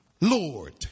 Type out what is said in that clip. Lord